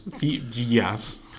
Yes